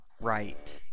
right